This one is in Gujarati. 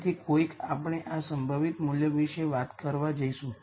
તેથી કોઈક આપણે આ સંભવિત મૂલ્ય વિશે વાત કરવા જઈશું